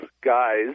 guys